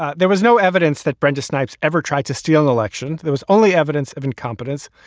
ah there was no evidence that brenda snipes ever tried to steal election. there was only evidence of incompetence.